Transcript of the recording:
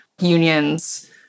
unions